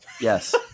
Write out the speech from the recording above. Yes